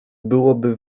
byłoby